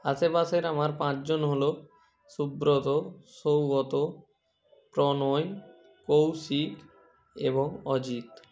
আশেপাশের আমার পাঁচজন হলো সুব্রত সৌগত প্রণয় কৌশিক এবং অজিত